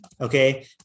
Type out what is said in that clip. okay